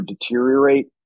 deteriorate